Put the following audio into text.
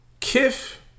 KIF